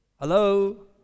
Hello